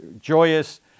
joyous